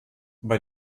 bei